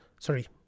sorry